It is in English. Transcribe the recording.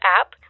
App